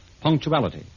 Punctuality